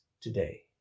today